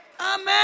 Amen